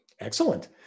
Excellent